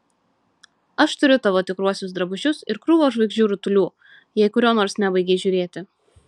aš turiu tavo tikruosius drabužius ir krūvą žvaigždžių rutulių jei kurio nors nebaigei žiūrėti